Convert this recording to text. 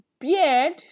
beard